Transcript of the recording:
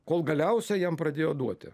kol galiausiai jam pradėjo duoti